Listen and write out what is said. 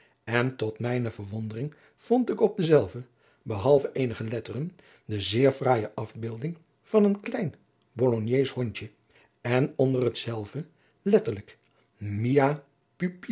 en tot mijne verwondering vond ik op denzelven behalve eenige letteren de zeer fraaije afbeelding van een klein bologneesch hondje en onder hetzelve letterlijk mia